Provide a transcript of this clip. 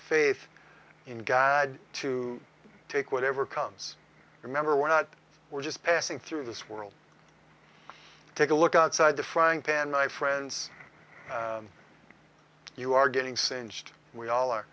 faith in god to take whatever comes remember we're not we're just passing through this world take a look outside the frying pan my friends you are getting singed and we all are